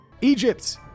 Egypt